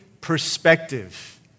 perspective